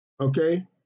Okay